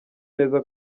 neza